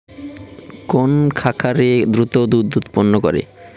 কোন খাকারে দ্রুত দুধ উৎপন্ন করে?